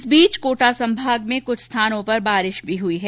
इस बीच कोटा संभाग में कई जगहों पर बारिश भी हुई है